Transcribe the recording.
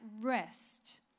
rest